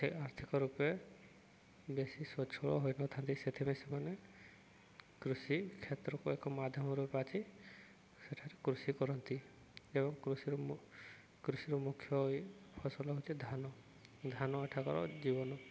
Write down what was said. ଆର୍ଥିକ ରୂପେ ବେଶୀ ସ୍ୱଚ୍ଛଳ ହୋଇନଥାନ୍ତି ସେଥିପାଇଁ ସେମାନେ କୃଷି କ୍ଷେତ୍ରକୁ ଏକ ମାଧ୍ୟମରେ ବାଛି ସେଠାରେ କୃଷି କରନ୍ତି ଏବଂ କୃଷି କୃଷିର ମୁଖ୍ୟ ଫସଲ ହେଉଛି ଧାନ ଧାନ ଏଠାକାରର ଜୀବନ